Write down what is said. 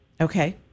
Okay